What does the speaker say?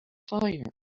fire